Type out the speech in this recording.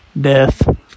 death